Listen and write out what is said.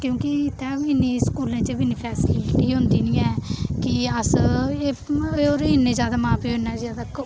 क्योंकि इत्थै इ'न्नी स्कूलें च इ'न्नी फैस्लिटी होंदी निं ऐ कि अस इ'न्ने जैदा मां प्योऽ इ'न्ना जैदा